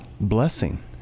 blessing